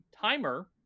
timer